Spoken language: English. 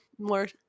more